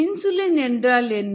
insulin என்றால் என்ன